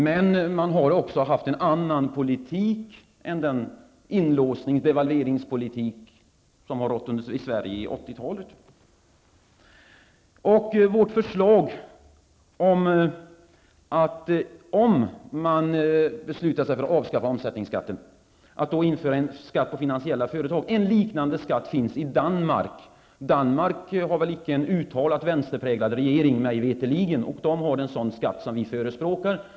Man har emellertid också haft en annan politik än den inlåsnings och devalveringspolitik som har rått i Sverige under 80 Vårt förslag är att om man beslutar sig för att avskaffa omsättningsskatten skall man införa en skatt på finansiella företag. Det finns en liknande skatt i Danmark. Danmark har mig veterligen icke en uttalad vänsterpräglad regering, och där har man en sådan skatt som vi förespråkar.